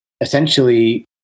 essentially